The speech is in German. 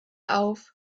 auf